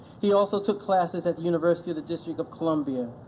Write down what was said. he also took classes at the university of the district of columbia,